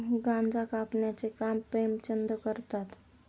गांजा कापण्याचे काम प्रेमचंद करतात